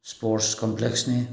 sports ꯀꯝꯄ꯭ꯂꯦꯛꯁꯅꯤ